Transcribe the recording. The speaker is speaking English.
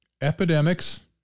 epidemics